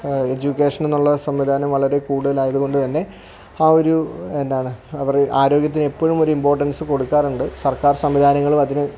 എഡ്യൂക്കേഷനെന്നുള്ള സംവിധാനം വളരെ കൂടുതലായതുകൊണ്ടുതന്നെ ആ ഒരു എന്താണ് അവര് ആരോഗ്യത്തെ എപ്പോഴും ഒരു ഇമ്പോർട്ടൻസ് കൊടുക്കാറുണ്ട് സർക്കാർ സംവിധാനങ്ങളും അതിന്